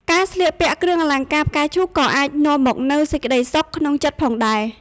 ការស្លៀកពាក់គ្រឿងអលង្ការផ្កាឈូកក៏អាចនាំមកនូវសេចក្តីសុខក្នុងចិត្តផងដែរ។